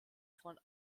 von